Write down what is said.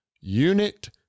unit